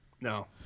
No